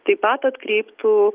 taip pat atkreiptų